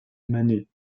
mané